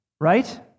right